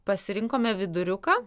pasirinkome viduriuką